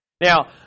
Now